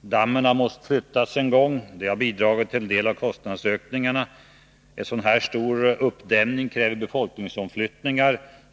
Dammen har måst flyttas en gång. Det har bidragit till en del av kostnadsökningarna. En så stor uppdämning kräver befolkningsomflyttningar.